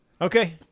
Okay